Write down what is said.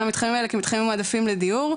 המתחמים האלה כמתחמים המועדפים לדיור,